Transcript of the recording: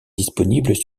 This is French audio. disponibles